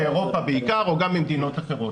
מאירופה בעיקר או גם ממדינות אחרות,